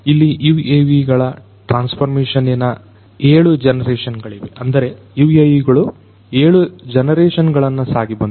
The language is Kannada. ಇಲ್ಲಿ UAVಗಳ ಟ್ರಾನ್ಸ್ಫರ್ ಮಿಷನ್ನಿನ 7 ಜನರೇಶನ್ ಗಳಿವೆ ಅಂದರೆ UAVಗಳು 7 ಜನರೇಶನ್ ಗಳನ್ನು ಸಾಗಿ ಬಂದಿದೆ